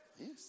Yes